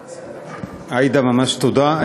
עאידה, ממש תודה.